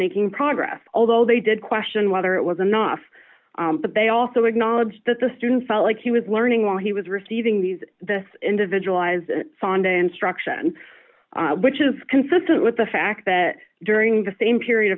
making progress although they did question whether it was enough but they also acknowledged that the student felt like he was learning while he was receiving these the individualized sunday instruction which is consistent with the fact that during the same period